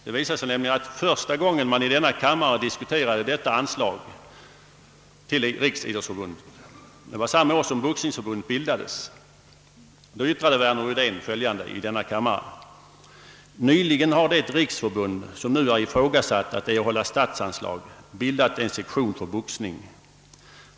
Första gången anslag till Riksidrottsförbundet diskuterades i denna kammare — det var samma år som Boxningsförbundet bildades — yttrade Värner Rydén följande: »Nyligen har det riksförbund, som nu är ifrågasatt att erhålla statsanslag, bildat en sektion för boxning.